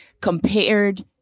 compared